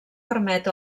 permet